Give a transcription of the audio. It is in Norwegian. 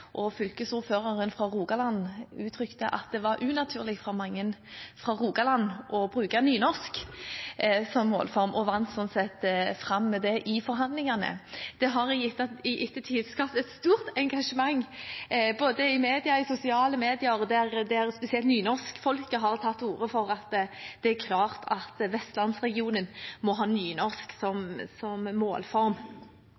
Fylkesordføreren fra Rogaland uttrykte at det er «unaturlig» for mange fra Rogaland å bruke nynorsk som målform, og vant fram med det i forhandlingene. Det har i ettertid skapt et stort engasjement både i media og i sosiale medier, der spesielt nynorskfolket har tatt til orde for at det er klart at Vestlandsregionen må ha nynorsk som